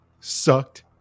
sucked